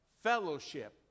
fellowship